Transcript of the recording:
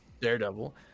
Daredevil